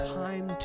time